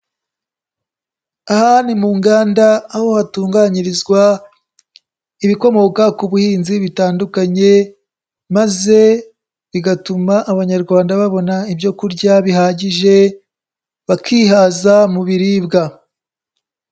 Aha ni mu nganda, aho hatunganyirizwa ibikomoka ku buhinzi bitandukanye, maze bigatuma abanyarwanda babona ibyo kurya bihagije bakihaza mu biribwa.